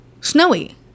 snowy